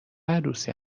عروسی